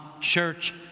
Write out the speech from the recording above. church